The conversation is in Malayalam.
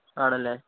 ആണല്ലേ